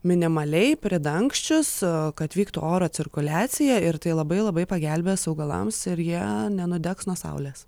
minimaliai pridangsčius kad vyktų oro cirkuliacija ir tai labai labai pagelbės augalams ir jie nenudegs nuo saulės